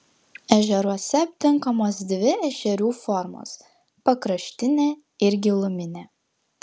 ežeruose aptinkamos dvi ešerių formos pakraštinė ir giluminė